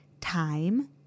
time